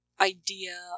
idea